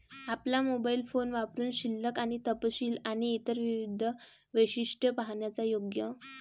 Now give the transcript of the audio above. आपला mobile phone वापरुन शिल्लक आणि तपशील आणि इतर विविध वैशिष्ट्ये पाहण्याचा योग